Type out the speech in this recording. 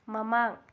ꯃꯃꯥꯡ